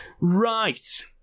Right